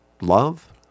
love